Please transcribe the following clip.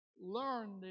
Learn